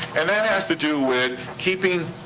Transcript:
and that has to do with keeping,